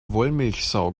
wollmilchsau